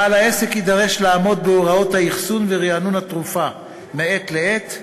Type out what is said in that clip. בעל העסק יידרש לעמוד בהוראות אחסון ורענון התרופה מעת לעת,